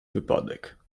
wypadek